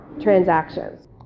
transactions